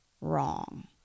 wrong